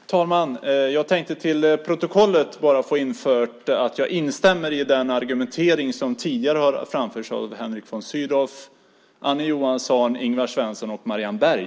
Fru talman! Jag vill bara få fört till protokollet att jag instämmer i den argumentering som tidigare har framförts av Henrik von Sydow, Annie Johansson, Ingvar Svensson och Marianne Berg.